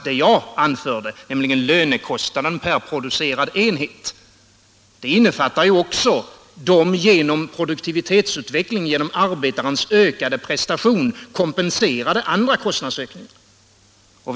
Det jag anförde, nämligen lönekostnaden per producerad enhet, innefattar också de genom produktivitetsutveckling och genom arbetarens ökade prestation kompenserade andra kostnadsökningarna.